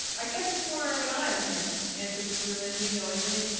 i kept the corner of an eye on him, answered mr. lindsey, knowingly.